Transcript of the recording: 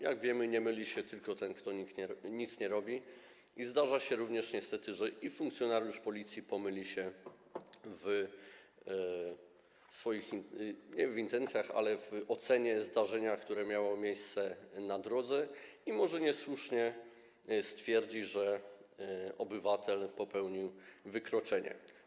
Jak wiemy, nie myli się tylko ten, kto nic nie robi i zdarza się również niestety, że i funkcjonariusz Policji pomyli się, nie w intencjach, ale w ocenie zdarzenia, które miało miejsce na drodze, i może niesłusznie stwierdzić, że obywatel popełnił wykroczenie.